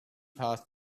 path